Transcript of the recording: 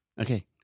Okay